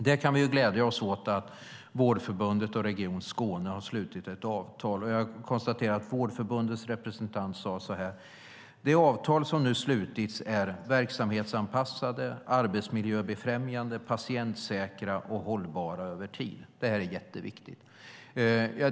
Vi kan glädja oss åt att Vårdförbundet och Region Skåne har slutit avtal. Jag konstaterar att Vårdförbundets representant sagt följande: De avtal som nu slutits är verksamhetsanpassade, arbetsmiljöbefrämjande, patientsäkra och hållbara över tid. Det är jätteviktigt.